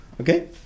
Okay